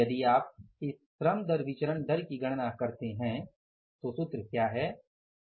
यदि आप इस श्रम दर विचरण दर की गणना करते हैं तो सूत्र क्या है